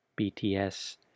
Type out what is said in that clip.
BTS